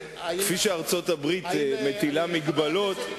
כפי שארצות-הברית מטילה מגבלות,